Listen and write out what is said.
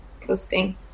coasting